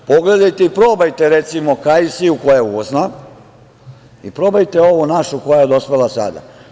Pogledajte i probajte, recimo, kajsiju, koja je uvozna i probajte ovu našu koja je dospela sada.